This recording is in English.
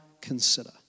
consider